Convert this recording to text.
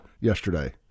yesterday